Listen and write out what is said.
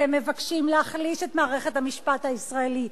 אתם מבקשים להחליש את מערכת המשפט הישראלי.